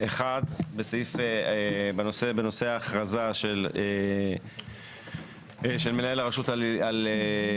אחת בנושא ההכרזה של מנהל הרשות על מתחם.